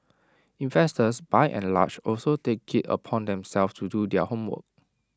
investors by and large also take IT upon themselves to do their homework